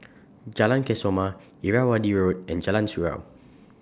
Jalan Kesoma Irrawaddy Road and Jalan Surau